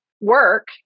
work